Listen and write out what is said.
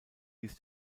hieß